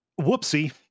Whoopsie